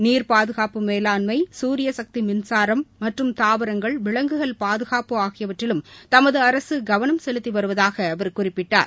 நீர் பாதுகாப்பு மேலாண்மை சூரியசக்தி மின்சாரம் மற்றும் தாவரங்கள் விலங்குகள் பாதுகாப்பு ஆகியவற்றிலும் தமது அரசு கவனம் செலுத்தி வருவதாக அவர் குறிப்பிட்டார்